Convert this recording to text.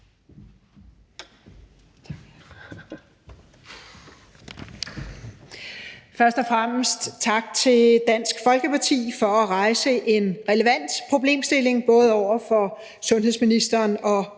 tak til Dansk Folkeparti for at rejse en relevant problemstilling over for både sundhedsministeren og